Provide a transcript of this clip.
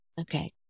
okay